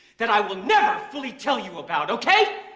that i will never fully tell you about, okay!